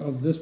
of this